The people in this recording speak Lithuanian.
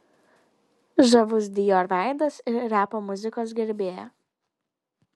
žavus dior veidas ir repo muzikos gerbėja